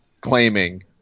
claiming